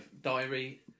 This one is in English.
Diary